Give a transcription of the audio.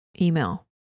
email